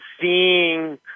seeing